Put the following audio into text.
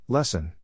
Lesson